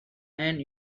and